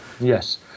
Yes